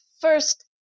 first